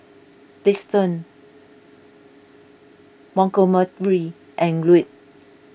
Liston Montgomery and Ruel